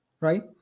right